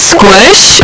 Squish